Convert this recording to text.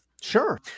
Sure